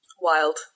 Wild